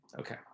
Okay